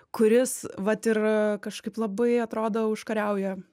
kuris vat ir kažkaip labai atrodo užkariauja